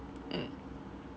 mm